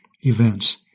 events